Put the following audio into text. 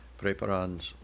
preparans